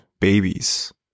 babies